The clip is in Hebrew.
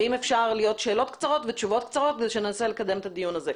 אם אפשר שיהיו שאלות קצרות ותשובות קצרות כדי שנקדם את הדיון הזה.